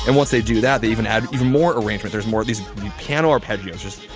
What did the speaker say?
and once they do that, they even add even more arrangement. there's more of these piano arpeggios just.